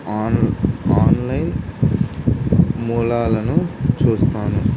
on online మూలాలను చూస్తాను